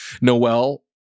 Noel